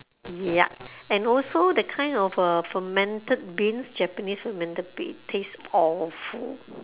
ya and also the kind of uh fermented beans japanese fermented bean it tastes awful